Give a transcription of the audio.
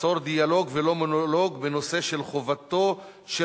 ליצור דיאלוג ולא מונולוג בנושא של חובתו של